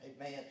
Amen